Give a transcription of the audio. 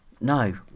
No